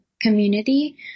community